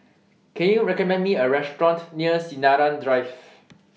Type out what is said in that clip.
Can YOU recommend Me A Restaurant near Sinaran Drive